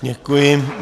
Děkuji.